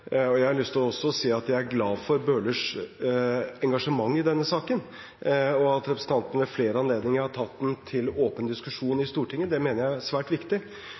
Jeg har også lyst til å si at jeg er glad for Bøhlers engasjement i denne saken, og at representanten ved flere anledninger har tatt den til åpen diskusjon i Stortinget – det mener jeg er svært viktig.